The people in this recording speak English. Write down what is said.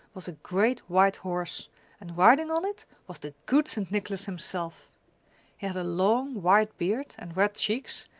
was a great white horse and riding on it was the good st. nicholas himself! he had a long white beard and red cheeks,